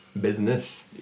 business